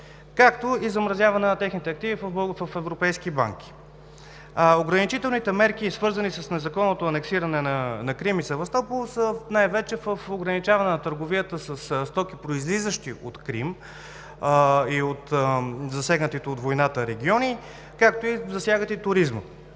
както и замразяване на техните активи в европейски банки. Ограничителните мерки, свързани с незаконното анексиране на Крим и Севастопол, са най-вече в ограничаване на търговията със стоки, произлизащи от Крим и от засегнатите от войната региони, както засягат и туризма,